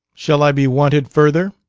shall i be wanted further?